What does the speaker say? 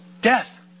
Death